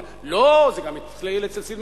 זה גם התחיל אצל רוני בר-און.